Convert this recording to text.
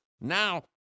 Now